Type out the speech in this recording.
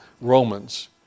Romans